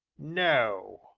no,